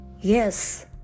yes